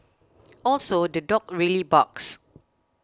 also the dog really barks